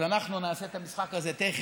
אז אנחנו נעשה את המשחק הזה תכף,